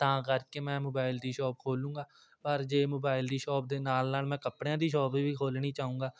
ਤਾਂ ਕਰਕੇ ਮੈਂ ਮੋਬਾਇਲ ਦੀ ਸ਼ੋਪ ਖੋਲੂੰਗਾ ਪਰ ਜੇ ਮੋਬਾਇਲ ਦੀ ਸ਼ੋਪ ਦੇ ਨਾਲ ਨਾਲ ਮੈਂ ਕੱਪੜਿਆਂ ਦੀ ਸ਼ੋਪ ਵੀ ਖੋਲ੍ਹਣੀ ਚਾਹੂੰਗਾ